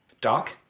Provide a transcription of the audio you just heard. Doc